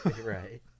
Right